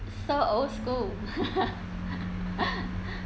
so old school